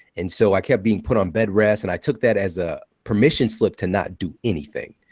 and so i kept being put on bedrest. and i took that as a permission slip to not do anything,